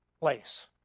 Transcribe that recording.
place